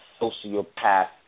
sociopath